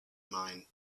mine